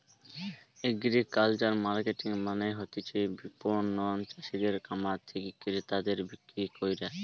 agricultural marketing মানে হতিছে বিপণন চাষিদের খামার থেকে ক্রেতাদের বিক্রি কইরা